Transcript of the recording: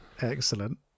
Excellent